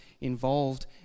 involved